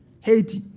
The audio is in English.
Haiti